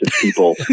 people